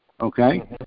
Okay